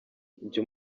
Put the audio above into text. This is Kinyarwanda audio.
jya